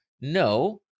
no